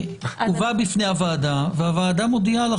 הובא בפני הוועדה והוועדה מודיעה: